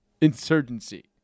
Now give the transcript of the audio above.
insurgency